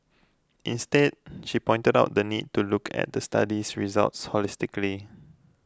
instead she pointed out the need to look at the study's results holistically